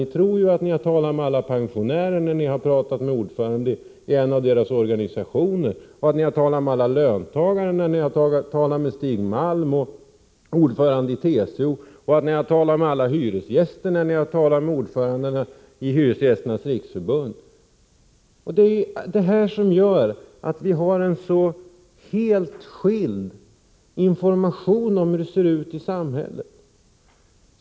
Ni tror ju att ni har talat med alla pensionärer, när ni har talat med ordföranden i en av pensionärernas organisationer. Ni tror att ni har talat med alla löntagare, när ni har talat med Stig Malm och ordföranden i TCO. Ni tror att ni har talat med alla hyresgäster, när ni har talat med ordföranden i Hyresgästernas riksförbund. Det är sådant här som gör att vi har så olikartad information om hur det ser ut i samhället.